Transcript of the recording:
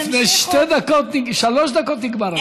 לפני שלוש דקות נגמר הזמן.